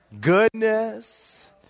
goodness